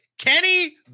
Kenny